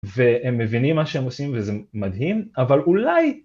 והם מבינים מה שהם עושים וזה מדהים אבל אולי